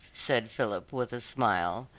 said philip, with a smile,